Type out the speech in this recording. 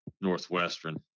Northwestern